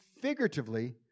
figuratively